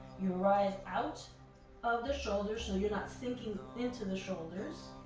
you rise out of the shoulders so you're not sinking into the shoulders.